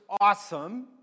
awesome